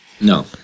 No